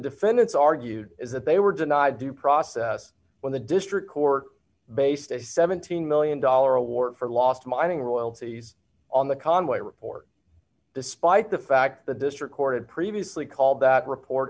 defendants argued is that they were denied due process when the district court based a seventeen million dollars award for lost mining royalties on the conway report despite the fact the district court had previously called that report